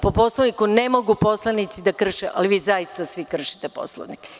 Po Poslovniku ne mogu poslanici da krše, ali vi zaista svi kršite Poslovnik.